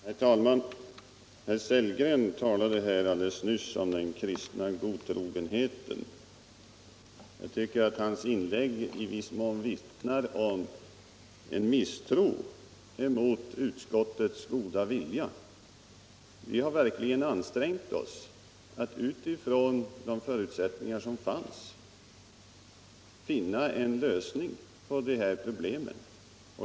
Herr talman! Herr Sellgren talade alldeles nyss om den kristna godtrogenheten. Jag tycker att hans inlägg i viss mån vittnade om en misstro mot utskottets goda vilja. Vi har verkligen ansträngt oss att utifrån de förutsättningar som fanns finna en lösning på de här problemen.